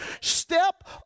step